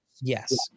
yes